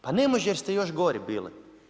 Pa ne može jer ste još gori bili.